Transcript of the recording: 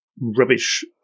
rubbish